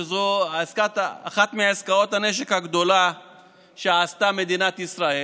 לא רק שזאת אחת מעסקאות הנשק הגדולות שעשתה מדינת ישראל,